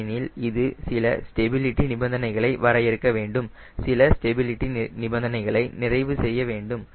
ஏனெனில் இது சில ஸ்டெபிலிட்டி நிபந்தனைகளை வரையறுக்க வேண்டும் சில ஸ்டெபிலிட்டி நிபந்தனைகளை நிறைவு செய்ய வேண்டும்